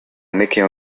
making